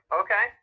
okay